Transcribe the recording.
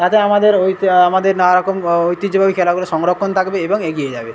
তাতে আমাদের আমাদের নানা রকম ঐতিহ্যবাহী খেলাগুলো সংরক্ষণ থাকবে এবং এগিয়ে যাবে